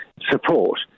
support